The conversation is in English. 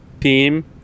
team